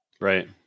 Right